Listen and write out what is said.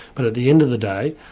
but at the end of the day,